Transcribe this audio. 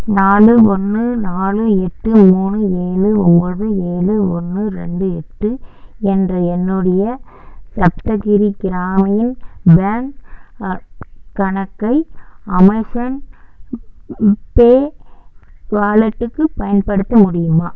நாலு ஒன்று நாலு எட்டு மூணு ஏழு ஒன்போது ஏழு ஒன்று ரெண்டு எட்டு என்ற என்னுடைய சப்தகிரி கிராமின் பேங்க் கணக்கை அமேசான் பே வாலெட்டுக்கு பயன்படுத்த முடியுமா